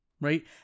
right